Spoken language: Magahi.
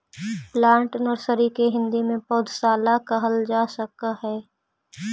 प्लांट नर्सरी के हिंदी में पौधशाला कहल जा सकऽ हइ